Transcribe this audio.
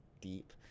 deep